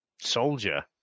soldier